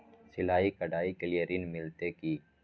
सिलाई, कढ़ाई के लिए ऋण मिलते की?